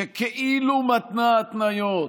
שכאילו מתנה התניות,